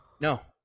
No